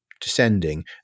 descending